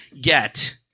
get